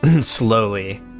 slowly